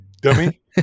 Dummy